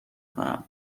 کنم